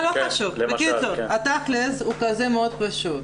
התכל'ס הוא מאוד פשוט.